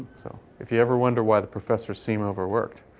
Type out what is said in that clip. so, if you ever wonder why the professor seem overworked,